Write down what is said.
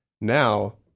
Now